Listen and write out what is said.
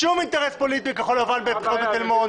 אין לי שום אינטרס פוליטי בבחירות בתל מונד.